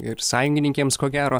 ir sąjungininkėms ko gero